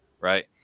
right